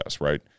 right